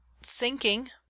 sinking